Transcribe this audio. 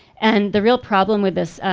and the real problem with this,